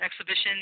exhibition